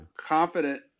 confident